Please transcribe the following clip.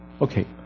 okay